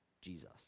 Jesus